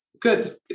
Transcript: Good